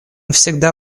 всегда